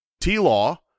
T-Law